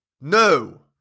No